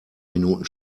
minuten